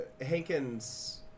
Hankins